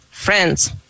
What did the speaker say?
friends